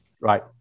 Right